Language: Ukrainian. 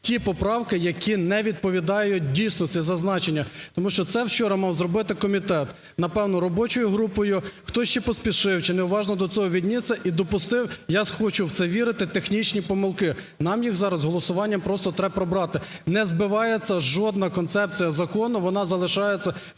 ті поправки, які не відповідають дійсності, зазначення, тому що це вчора мав зробити комітет. Напевно, робочою групою, хтось чи поспішив, чи не уважно до нього віднісся, я хочу в це вірити, технічні помилки, нам їх зараз голосуванням просто треба прибрати. Не збивається жодна концепція закону, вона залишається в